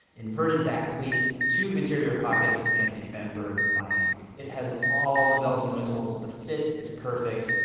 inverted back pleat. two interior pockets. and a bemberg lining. it has all the bells and whistles. the fit is perfect.